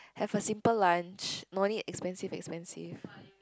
have a simple lunch no need expensive expensive